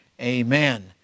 Amen